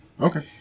Okay